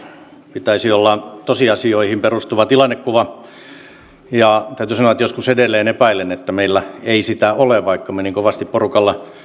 pitäisi olla tosiasioihin perustuva tilannekuva täytyy sanoa että joskus edelleen epäilen että meillä ei sitä ole vaikka me niin kovasti porukalla